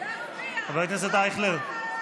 חבר הכנסת אייכלר,